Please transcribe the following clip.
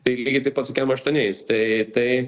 tai lygiai taip pat su kem aštuoniais tai tai